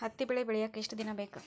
ಹತ್ತಿ ಬೆಳಿ ಬೆಳಿಯಾಕ್ ಎಷ್ಟ ದಿನ ಬೇಕ್?